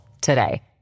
today